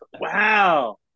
wow